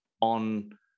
on